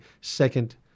Second